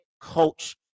coach